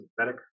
synthetic